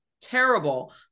terrible